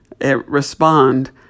respond